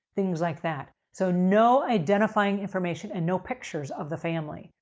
things like that. so, no identifying information, and no pictures of the family.